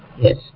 Yes